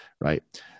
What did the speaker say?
right